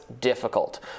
difficult